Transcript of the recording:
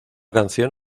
canción